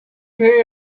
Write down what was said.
pay